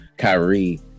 Kyrie